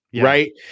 Right